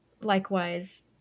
likewise